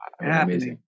amazing